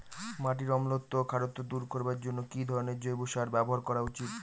মাটির অম্লত্ব ও খারত্ব দূর করবার জন্য কি ধরণের জৈব সার ব্যাবহার করা উচিৎ?